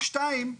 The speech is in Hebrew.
שתיים,